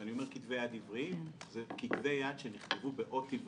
כשאני אומר כתבי יד עבריים זה כתבי יד שנכתבו באות עברית,